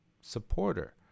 supporter